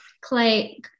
Clay